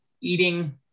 eating